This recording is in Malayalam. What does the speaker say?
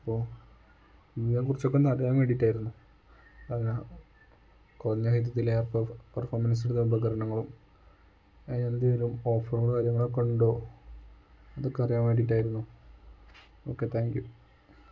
അപ്പോൾ നിങ്ങളെ കുറിച്ചൊക്കെ ഒന്ന് അറിയാൻ വേണ്ടിയിട്ടായിരുന്നു പിന്നെ കുറഞ്ഞ വൈദ്യുതിയിൽ പെർഫോമൻസ് എടുത്ത് ഉപകരണങ്ങളും അതിന് എന്തേലും ഓഫ്റും കാര്യങ്ങളൊക്കെ ഉണ്ടോ അതൊക്കെ അറിയാൻ വേണ്ടിയിട്ടായിരുന്നു ഓക്കെ താങ്ക് യൂ